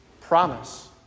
Promise